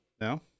No